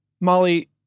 Molly